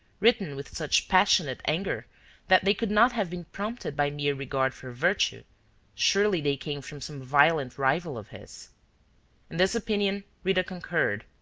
written with such passionate anger that they could not have been prompted by mere regard for virtue surely they came from some violent rival of his. in this opinion rita concurred,